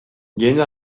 jende